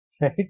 right